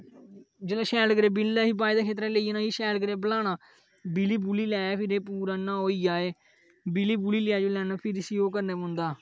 जिसलै शैल करियै बि'ली लै इसी बाए दे खेतरे च लेई जाना इसी शैल करिय बलाना बिली लै फिर एह् पुरा नाई जाए बि'ली बु'ली लै जिसले इलें फिर इसी ओह् करना पौंदा